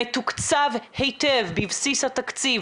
מתוקצב היטב בבסיס התקציב,